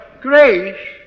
grace